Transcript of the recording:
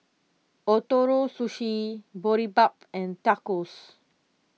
Ootoro Sushi Boribap and Tacos